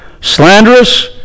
slanderous